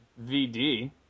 VD